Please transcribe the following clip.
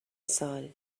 سال